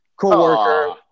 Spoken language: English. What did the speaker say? co-worker